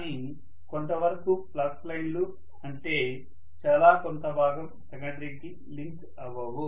కానీ కొంత వరకు ఫ్లక్స్ లైన్లు అంటే చాలా కొంత భాగం సెకండరీకి లింక్ అవ్వవు